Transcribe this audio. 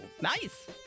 nice